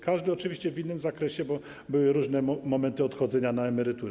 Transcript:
Każdy oczywiście w innym zakresie, bo były różne momenty odchodzenia na emeryturę.